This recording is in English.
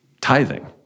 tithing